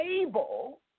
able